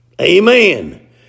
Amen